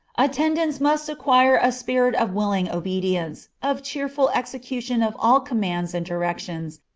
attendants must acquire a spirit of willing obedience, of cheerful execution of all commands and directions,